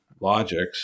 logics